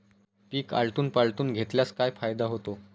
पीक आलटून पालटून घेतल्यास काय फायदा होतो?